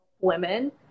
women